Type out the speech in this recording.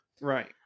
Right